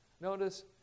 Notice